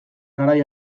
garai